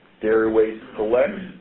dairy waste collects.